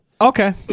Okay